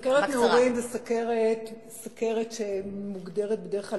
סוכרת נעורים זו סוכרת שמוגדרת בדרך כלל